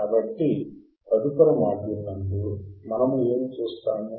కాబట్టి తదుపరి మాడ్యూల్ నందు మనము ఏమి చూస్తాము